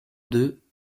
deux